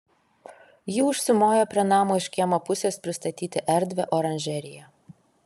ji užsimojo prie namo iš kiemo pusės pristatyti erdvią oranžeriją